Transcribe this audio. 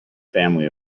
family